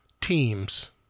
teams